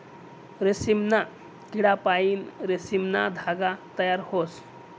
रेशीमना किडापाईन रेशीमना धागा तयार व्हस